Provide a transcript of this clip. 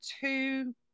two